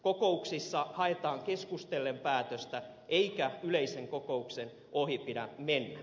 kokouksissa haetaan keskustellen päätöstä eikä yleisen kokouksen ohi pidä mennä